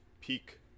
peak